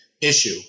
issue